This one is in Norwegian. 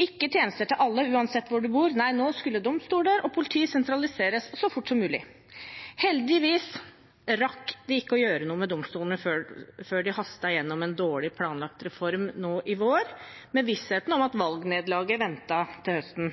ikke tjenester til alle uansett hvor man bor – nei, nå skulle domstoler og politi sentraliseres så fort som mulig. Heldigvis rakk de ikke å gjøre noe med domstolene før de hastet gjennom en dårlig planlagt reform nå i vår – med vissheten om at valgnederlaget ventet til høsten.